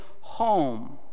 home